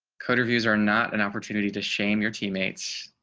code reviews are not an opportunity to shame your teammates,